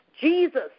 Jesus